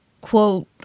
quote